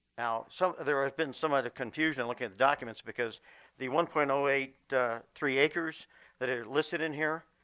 now, so there has been some other confusion looking at the documents because the one point zero um eight three acres that are listed in here,